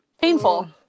Painful